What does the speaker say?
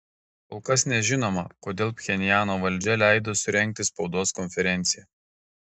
kol kas nežinoma kodėl pchenjano valdžia leido surengti spaudos konferenciją